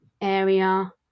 area